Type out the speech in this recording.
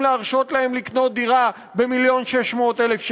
לאפשר להם לקנות דירה ב-1.6 מיליון שקלים?